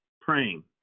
praying